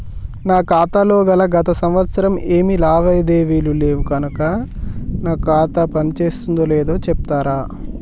నా ఖాతా లో గత సంవత్సరం ఏమి లావాదేవీలు లేవు కనుక నా ఖాతా పని చేస్తుందో లేదో చెప్తరా?